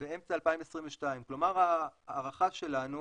באמצע 2022. כלומר ההערכה שלנו